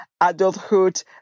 adulthood